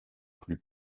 plus